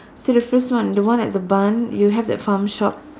see the first one the one at the barn you have that farm shop